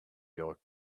york